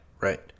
right